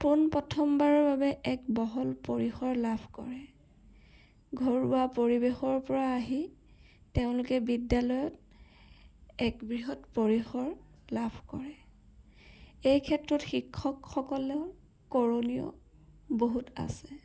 পোন প্ৰথমবাৰৰ বাবে এক বহল পৰিসৰ লাভ কৰে ঘৰুৱা পৰিৱেশৰপৰা আহি তেওঁলোকে বিদ্যালয়ত এক বৃহৎ পৰিসৰ লাভ কৰে এই ক্ষেত্ৰত শিক্ষকসকলৰ কৰণীয় বহুত আছে